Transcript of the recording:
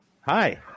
Hi